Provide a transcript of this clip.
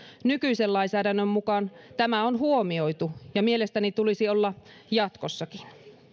nykyisen lainsäädännön mukaan tämä on huomioitu ja mielestäni niin tulisi olla jatkossakin